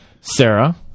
Sarah